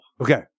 Okay